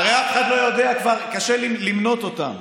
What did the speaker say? הרי אף אחד לא יודע כבר, קשה למנות אותם.